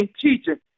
teaching